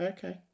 Okay